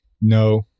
No